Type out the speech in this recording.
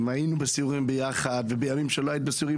היינו בסיורים יחד ובימים שלא היית בסיורים